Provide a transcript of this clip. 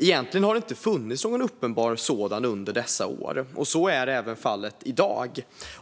Egentligen har det inte funnits någon uppenbar sådan under dessa år, och så är fallet även i dag,